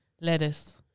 lettuce